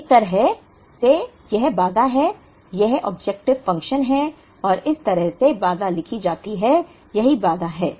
यह इस तरह से बाधा है यह ऑब्जेक्टिव फंक्शन है और इस तरह से बाधा लिखी जाती है यही बाधा है